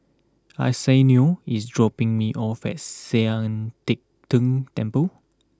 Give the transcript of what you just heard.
Arsenio is dropping me off at Sian Teck Tng Temple